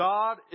God